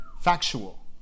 factual